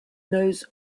knows